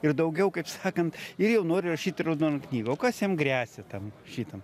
ir daugiau kaip sakant ir jau nori įrašyti į raudonąją knygą o kas jam gresia tam šitam